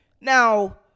Now